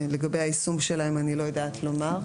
לגבי היישום שלהם, אני לא יודעת לומר.